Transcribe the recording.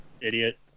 Idiot